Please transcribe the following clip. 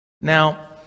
now